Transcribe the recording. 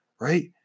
right